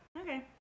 Okay